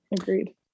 Agreed